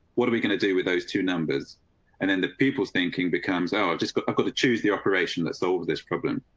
what are we going to do with those two numbers and then the people's thinking becomes? i've just but got to choose the operation that solve this problem.